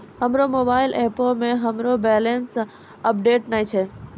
हमरो मोबाइल एपो मे हमरो बैलेंस अपडेट नै छै